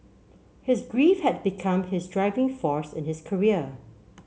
his grief had become his driving force in his career